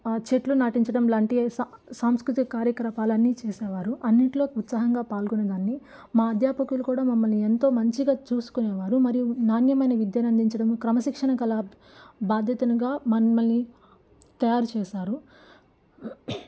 చెట్లు నాటించడం లాంటి స సాంస్కృతిక కార్యకలాపాలు అన్ని చేసేవారు అన్నిట్లో ఉత్సాహంగా పాల్గొనేదాన్ని మా అధ్యాపకులు కూడా మమ్మల్ని ఎంతో మంచిగా చూసుకొనేవారు మరియు నాణ్యమైన విద్యను అందించడం క్రమశిక్షణ కల బాధ్యతునుగా మమ్మల్ని తయారు చేశారు